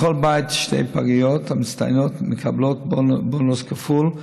בכל בית שתי הפגיות המצטיינות מקבלות בונוס כפל.